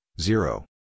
zero